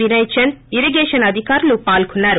Vinay Chand irrigation అధికారులు పాల్గొన్నారు